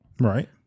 Right